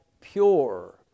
pure